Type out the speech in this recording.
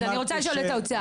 אני רוצה לשאול את האוצר.